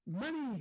Money